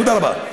תודה רבה.